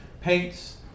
paints